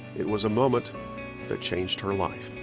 it was a moment that changed her life.